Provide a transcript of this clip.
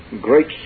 great